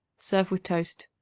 serve with toast.